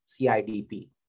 CIDP